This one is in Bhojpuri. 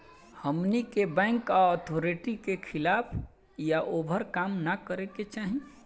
हमनी के बैंक अथॉरिटी के खिलाफ या ओभर काम न करे के चाही